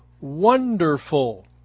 Wonderful